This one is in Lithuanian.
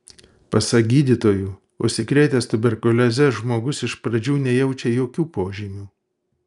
pasak gydytojų užsikrėtęs tuberkulioze žmogus iš pradžių nejaučia jokių požymių